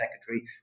secretary